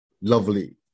lovely